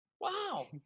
Wow